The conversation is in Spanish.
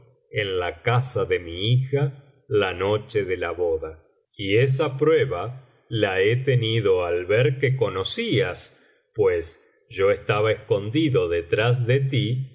en la casa de mi hija la noche de la boda y esa prueba la he tenido al ver que conocías pues yo estaba escondido detrás de ti la casa y los muebles y después tu